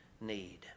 need